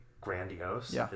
grandiose